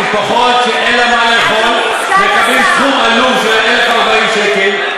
למה זה מצחיק שמשפחות שאין להן מה לאכול מקבלות סכום עלוב של 1,040 שקל,